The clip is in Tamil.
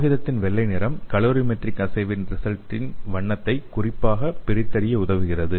காகிதத்தின் வெள்ளை நிறம் கலோரிமெட்ரிக் அசேவின் ரிசல்ட் இன் வண்ணத்தை குறிப்பாக பிரித்தறிய உதவுகிறது